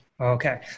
Okay